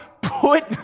put